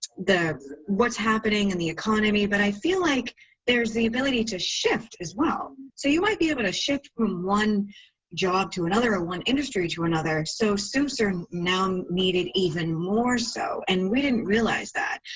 the what's happening in and the economy, but i feel like there's the ability to shift as well. so you might be able to shift from one job to another one industry to another, so suits are now needed even more so and we didn't realize that.